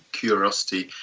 curiosity.